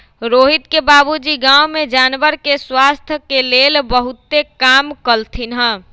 रोहित के बाबूजी गांव में जानवर के स्वास्थ के लेल बहुतेक काम कलथिन ह